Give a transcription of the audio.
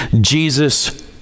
Jesus